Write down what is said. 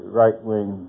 right-wing